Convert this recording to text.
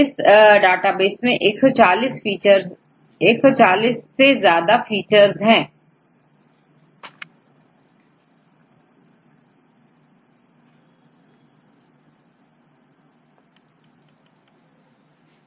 इस डेटाबेस में 140 फीचर्स से ज्यादा है और वेबसाइटdiprodb पर उपलब्ध है